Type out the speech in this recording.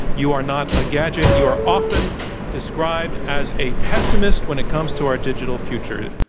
you are not a gadget. you are often described as a pessimist when it comes to our digital future.